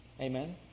Amen